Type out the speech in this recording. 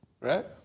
Right